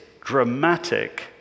dramatic